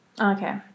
Okay